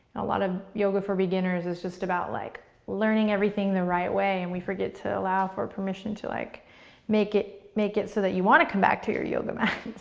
a lot of yoga for beginners is just about like learning everything the right way and we forget to allow for permission to like make it make it so that you want to come back to your yoga mat.